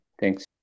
Thanks